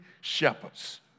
shepherds